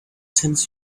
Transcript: sends